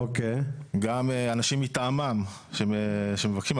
גם אנשים מטעמם, שמבקשים.